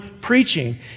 preaching